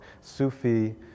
Sufi